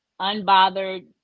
unbothered